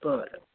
बरं